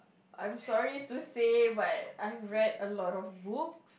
I'm sorry to say but I've read a lot of books